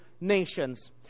nations